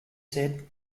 said